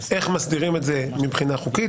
איך מסדירים את זה מבחינה חוקית.